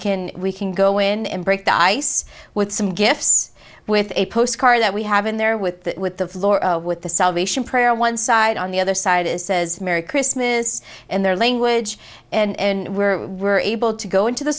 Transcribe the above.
can we can go in and break the ice with some gifts with a postcard that we have in there with that with the floor with the salvation prayer one side on the other side it says merry christmas and their language and where we were able to go into the